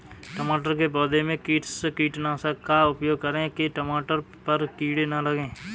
टमाटर के पौधे में किस कीटनाशक का उपयोग करें कि टमाटर पर कीड़े न लगें?